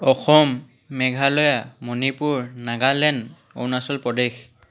Assam Meghalaya Manipur Nagaland Arunachal Pradesh